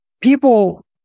people